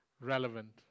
relevant